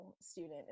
student